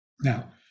Now